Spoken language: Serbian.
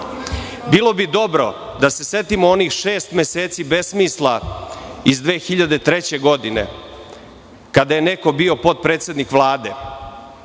bi dobro da se setimo onih šest meseci besmisla iz 2003. godine, kada je neko bio potpredsednik Vlade,